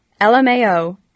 lmao